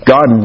God